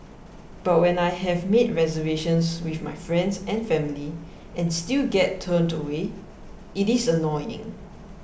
but when I have made reservations with my friends and family and still get turned away it is annoying